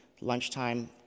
Lunchtime